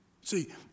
See